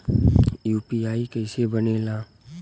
UPI कईसे बनेला?